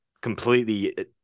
completely